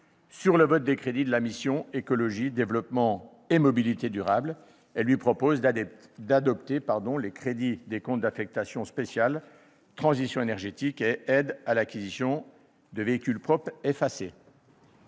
sur le vote des crédits de la mission « Écologie, développement et mobilité durables », et lui propose d'adopter les crédits des comptes d'affectation spéciale « Transition énergétique »,« Aides à l'acquisition de véhicules propres »